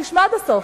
רגע, תשמע עד הסוף.